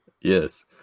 Yes